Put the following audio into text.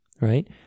right